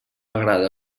agrada